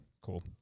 Cool